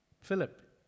Philip